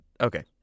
okay